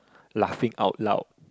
laughing out loud